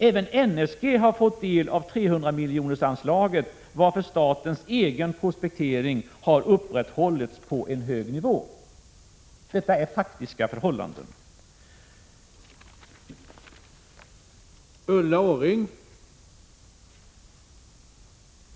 Även NSG har fått del av 300-miljonersanslaget, varför statens egen Prot. 1986/87:22 prospektering har upprätthållits på en hög nivå. Detta är faktiska förhål 10 november 1986